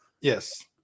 yes